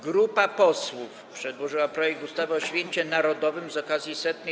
Grupa posłów przedłożyła projekt ustawy o Święcie Narodowym z okazji 100.